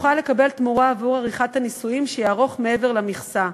יוכל לקבל תמורה עבור עריכת הנישואין שיערוך מעבר למכסה,